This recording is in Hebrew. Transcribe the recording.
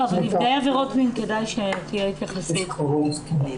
כדאי שתהיה התייחסות לנפגעי עבירות מין.